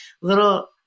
little